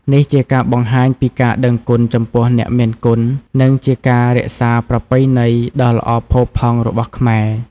នេះជាការបង្ហាញពីការដឹងគុណចំពោះអ្នកមានគុណ និងជាការរក្សាប្រពៃណីដ៏ល្អផូរផង់របស់ខ្មែរ។